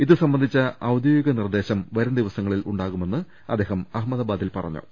ഇത് സംബന്ധിച്ച ഔദ്യോഗിക നിർദ്ദേശം വരുംദിവസങ്ങളിൽ ഉണ്ടാകുമെന്ന് അദ്ദേഹം അഹ മ്മദാബാദിൽ പറഞ്ഞു